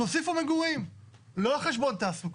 תוסיפו מגורים לא על חשבון תעסוקה,